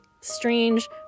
strange